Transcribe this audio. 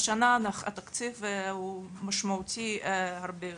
השנה התקציב הוא משמעותי הרבה יותר.